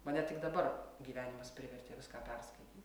mane tik dabar gyvenimas privertė viską perskaityt